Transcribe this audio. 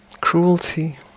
Cruelty